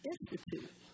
Institute